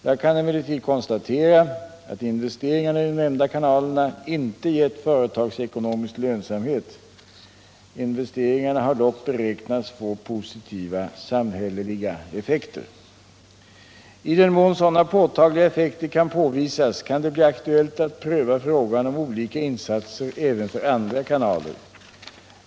Jag kan emellertid konstatera att investeringarna i de nämnda kanalerna inte gett företagsekonomisk lönsamhet. Investeringarna har dock beräknats få positiva samhälleliga effekter. I den mån sådana påtagliga effekter kan påvisas kan det bli aktuellt att pröva frågan om olika insatser även för andra kanaler.